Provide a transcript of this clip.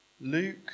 Luke